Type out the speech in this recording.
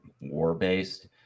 war-based